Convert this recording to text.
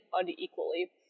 unequally